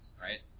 right